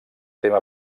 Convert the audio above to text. tema